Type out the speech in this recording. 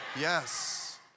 Yes